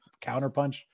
counterpunch